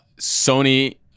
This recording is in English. sony